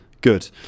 good